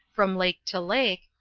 from lake to lake,